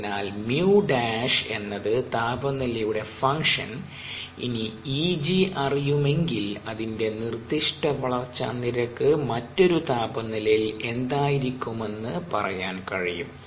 അതിനാൽ 𝜇′ എന്നത് താപനിലയുടെ ഫംഗ്ഷൻ ഇനി 𝐸g അറിയുമെങ്കിൽ അതിന്റെ നിർദ്ദിഷ്ട വളർച്ചാ നിരക്ക് മറ്റൊരു താപനിലയിൽ എന്തായിരിക്കുമെന്ന് പറയാൻ കഴിയും